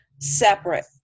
Separate